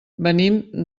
venim